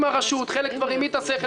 משרד הבריאות פנה למשרד האוצר,